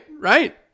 right